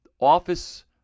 Office